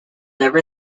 never